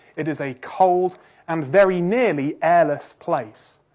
it is a cold and very nearly airless place.